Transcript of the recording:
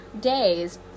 days